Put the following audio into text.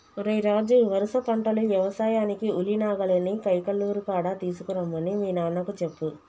ఓరై రాజు వరుస పంటలు యవసాయానికి ఉలి నాగలిని కైకలూరు కాడ తీసుకురమ్మని మీ నాన్నకు చెప్పు